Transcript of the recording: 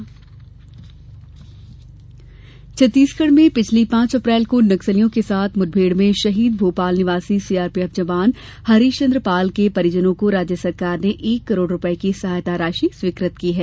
सहायता राशि छत्तीसगढ़ में पिछली पांच अप्रैल को नक्सलियों के साथ मुठभेड़ में शहीद भोपाल निवासी सीआरपीएफ जवान हरीशचन्द्र पाल के परिजनों को राज्य सरकार ने एक करोड़ रूपये की सहायता राशि स्वीकृत की है